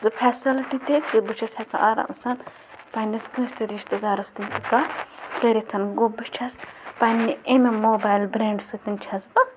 سُہ فٮ۪سَلٹی تہِ کہِ بہٕ چھَس ہٮ۪کان آرام سان پنٛنِس کٲنٛسہِ تہِ رِشتہٕ دارَس سۭتۍ کَتھ کٔرِتھ گوٚو بہٕ چھَس پنٛنہِ امہِ موبایلہٕ برٛینٛڈٕ سۭتۍ چھَس بہٕ